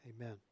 Amen